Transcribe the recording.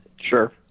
sure